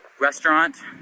restaurant